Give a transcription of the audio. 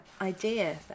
idea